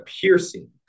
piercing